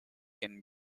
can